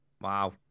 Wow